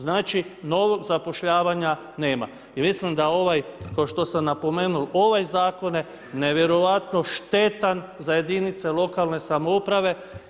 Znači, novog zapošljavanja nema i mislim da ovaj kao što sam napomenuo ovaj je zakon nevjerojatno štetan za jedinice lokalne samouprave.